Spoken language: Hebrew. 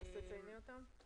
תצייני אותם?